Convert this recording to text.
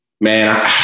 man